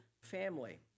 family